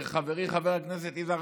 חברי חבר הכנסת יזהר,